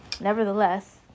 nevertheless